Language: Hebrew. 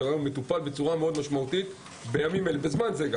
היום ומטופל בצורה מאוד משמעותית בזמן זה.